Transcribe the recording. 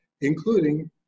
including